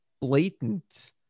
blatant